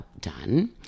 done